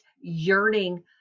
yearning